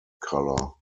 color